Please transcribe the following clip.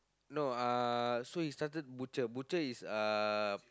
no uh so he started butcher butcher is uh